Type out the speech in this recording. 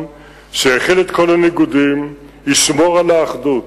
שיכיל את כל הניגודים וישמור על האחדות.